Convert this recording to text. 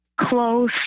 close